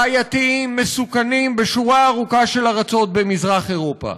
בעייתיים ומסוכנים בשורה ארוכה של ארצות במזרח אירופה.